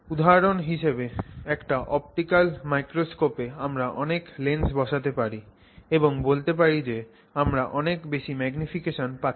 উধাহরণ হিসেবে একটা optical microscope এ আমরা অনেক লেন্স বসাতে পারি এবং বলতে পারি যে আমরা অনেক বেশি ম্যাগনিফিকেশন পাচ্ছি